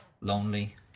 lonely